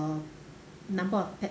uh number of pa~